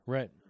Right